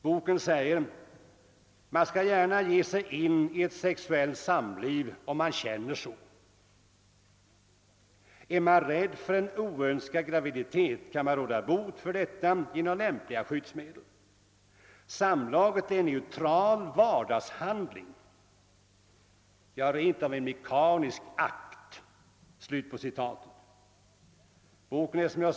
Jag anför några exempel: »——— man skall gärna ge sig in i ett sexuellt samliv om man känner så, ——— är man rädd för en oönskad graviditet kan man råda bot för detta genom lämpliga skyddsmedel, ——— samlaget är en neutral vardagshandling, ja rent av en mekanisk akt ———.» Är det denna »visdom» tonåringar behöver få.